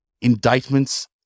indictments